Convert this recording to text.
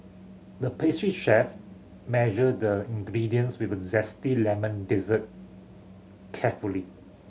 the pastry chef measured the ingredients with a zesty lemon dessert carefully